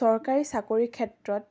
চৰকাৰী চাকৰিৰ ক্ষেত্ৰত